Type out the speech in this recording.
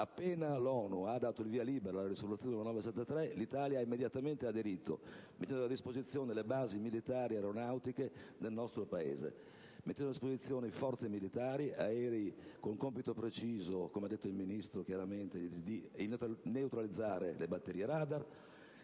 Appena l'ONU ha dato il via libera alla risoluzione n. 1973, l'Italia ha immediatamente aderito, mettendo a disposizione le basi militari e aeronautiche del nostro Paese. Ha inoltre messo a disposizione forze militari, aerei (con il compito preciso - come ha chiaramente detto il Ministro - di neutralizzare le batterie radar),